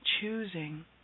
choosing